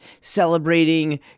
celebrating